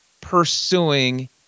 pursuing –